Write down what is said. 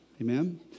Amen